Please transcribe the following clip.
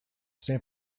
san